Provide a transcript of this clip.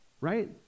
right